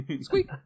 Squeak